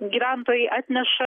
gyventojai atneša